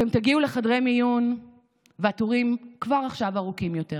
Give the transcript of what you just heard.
אתם תגיעו לחדרי מיון והתורים כבר עכשיו ארוכים יותר,